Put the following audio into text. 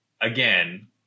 Again